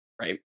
Right